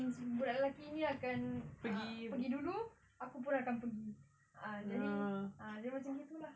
since budak lelaki ni akan pergi dulu aku pun akan pergi ah jadi jadi macam gitu lah